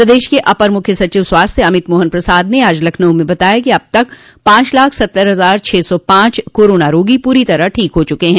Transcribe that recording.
प्रदेश के अपर मुख्य सचिव स्वास्थ्य अमित मोहन प्रसाद ने आज लखनऊ में बताया कि अब तक पांच लाख सत्तर हजार छह सौ पांच कोरोना रोगी पूरी तरह से ठीक हो चुके हैं